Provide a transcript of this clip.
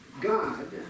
God